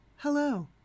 Hello